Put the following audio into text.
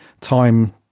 time